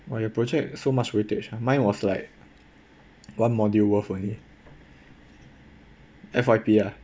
!wah! your project so much weightage ah mine was like one module worth only F_Y_P ah